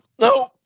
No